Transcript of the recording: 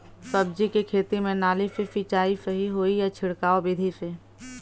सब्जी के खेती में नाली से सिचाई सही होई या छिड़काव बिधि से?